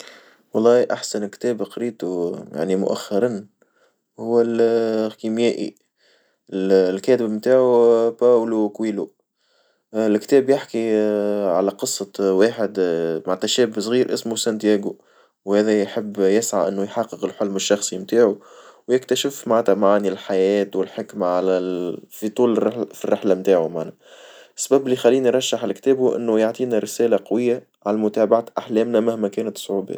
والله أحسن كتاب قريتو يعني مؤخرًا، هو الخيميائي الكاتب نتاعو باولو كويلو، الكتاب يحكي على قصة واحد معنتها شاب صغير اسمه سانتياجو، وهذا يحب يسعى إنه يحقق الحلم الشخصي نتاعو، ويكتشف معنتا معاني الحياة والحكمة على ال في طول الرحلة متاعو، السبب الخليني أرشح الكتاب هو إنه يعطينا رسالة قوية عن متابعة أحلامنا مهما كانت الصعوبات.